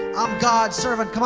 i'm god's servant,